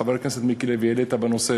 חבר הכנסת מיקי לוי, העלית את הנושא.